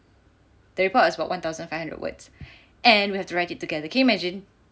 the report was about one thousand five hundred words and we have to write it together can you imagine